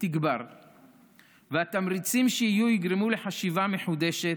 תגבר והתמריצים שיהיו יגרמו לחשיבה מחודשת.